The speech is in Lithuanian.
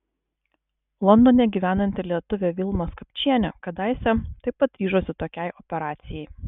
londone gyvenanti lietuvė vilma skapčienė kadaise taip pat ryžosi tokiai operacijai